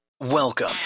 Welcome